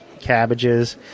cabbages